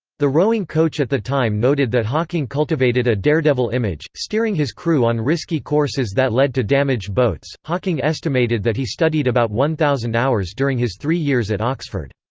the rowing coach at the time noted that hawking cultivated a daredevil image, steering his crew on risky courses that led to damaged boats hawking estimated that he studied about one thousand hours during his three years at oxford.